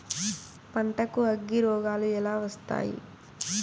పంటకు అగ్గిరోగాలు ఎలా వస్తాయి?